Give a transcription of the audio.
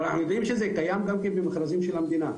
אבל אנחנו יודעים שזה קיים גם כן במכרזים של המדינה.